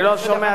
אני לא שומע,